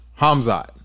Hamzat